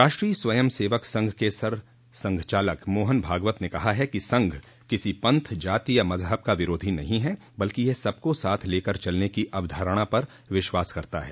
राष्ट्रीय स्वयं सेवक संघ के सर संघचालक मोहन भागवत ने कहा है कि संघ किसी पंथ जाति या मज़हब का विरोधी नही है बल्कि यह सबको साथ लेकर चलने की अवधारणा पर विश्वास करता है